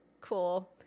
cool